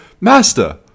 Master